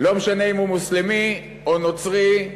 לא משנה אם מוסלמי, או נוצרי,